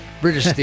British